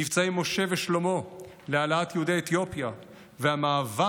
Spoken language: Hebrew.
מבצעי משה ושלמה להעלאת יהודי אתיופיה והמאבק